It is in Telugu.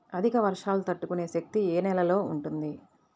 అధిక వర్షాలు తట్టుకునే శక్తి ఏ నేలలో ఉంటుంది?